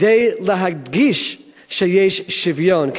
כדי להדגיש שיש שוויון,